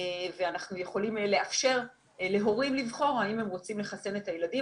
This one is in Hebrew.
ואנחנו יכולים לאפשר להורים לבחור האם הם רוצים לחסן את הילדים.